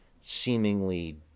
seemingly